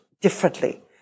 differently